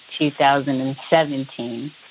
2017